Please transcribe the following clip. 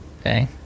Okay